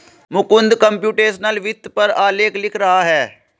Mukund computational वित्त पर आलेख लिख रहा है